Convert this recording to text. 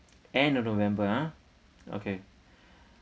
end of november ah okay